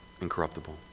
incorruptible